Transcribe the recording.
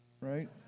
right